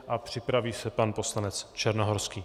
A připraví se pan poslanec Černohorský.